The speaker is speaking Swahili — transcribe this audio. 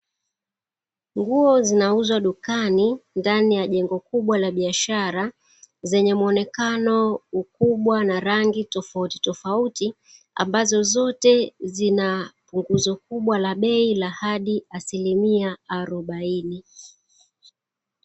Nguo zinauzwa dukani ndani ya jengo kubwa la biashara; zenye muonekano, ukubwa, na rangi tofautitofauti, ambazo zote zina punguzo kubwa la bei la hadi asilimia arobaini.